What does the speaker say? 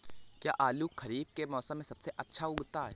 क्या आलू खरीफ के मौसम में सबसे अच्छा उगता है?